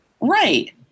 Right